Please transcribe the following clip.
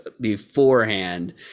beforehand